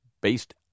based